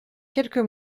quelques